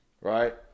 Right